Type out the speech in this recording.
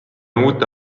uute